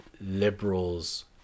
liberals